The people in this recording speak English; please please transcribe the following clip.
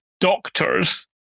doctors